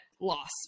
loss